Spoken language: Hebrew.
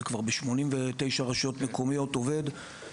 זה כבר עובד ב-89 רשויות מקומיות שאין